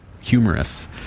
humorous